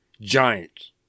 giants